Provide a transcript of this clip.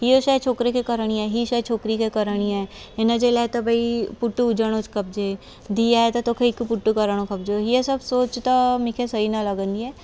हीअ शइ छोकिरे खे करिणी आहे हीअ शइ छोकिरी खे करिणी आहे हिन जे लाइ भई पुटु हुजणु खपजे धीअ आहे त तोखे हिकु पुटु करणु खपजे हीअ सभु सोच त मूंखे सही न लगंदी आहे